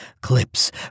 Clips